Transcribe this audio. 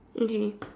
okay